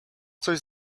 coś